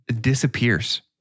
disappears